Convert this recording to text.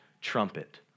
trumpet